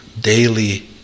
daily